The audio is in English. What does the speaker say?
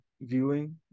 viewing